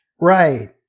Right